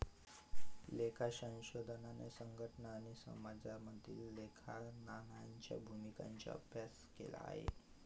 लेखा संशोधनाने संघटना आणि समाजामधील लेखांकनाच्या भूमिकांचा अभ्यास केला आहे